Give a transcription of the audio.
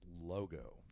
logo